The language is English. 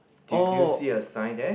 do do you see a sign there